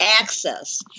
Access